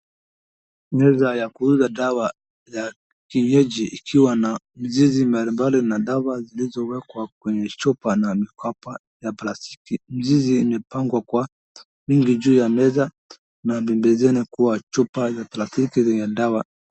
Meza ya kuuzaa dawa za kienyeji ikiwa na mizizi mbalimbali na dawa zilizowekwa kwenye chupa na mikopa ya plastiki. Mizizi imepangwa kwa wingi juu ya meza na pembeni kuwa chupa za plastiki za dawa.